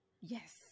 Yes